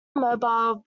mobile